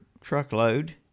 truckload